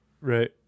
right